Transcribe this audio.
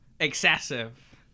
excessive